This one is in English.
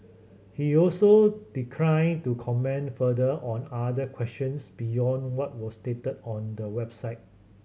he also declined to comment further on other questions beyond what was stated on the website